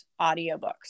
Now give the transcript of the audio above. audiobooks